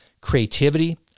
creativity